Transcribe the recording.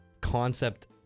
concept